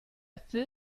peu